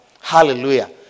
Hallelujah